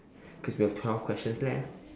cause we have twelve questions left